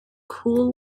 cool